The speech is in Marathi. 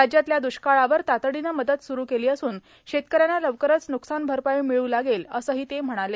राज्यातल्या दुष्काळावर तातडीनं मदत सुरू केली असून शेतकऱ्यांना लवकरच नुकसान भरपाई मिळू लागेल असंही ते म्हणाले